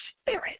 spirit